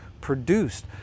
produced